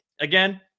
again